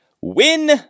Win